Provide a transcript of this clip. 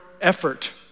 effort